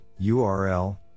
url